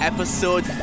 Episode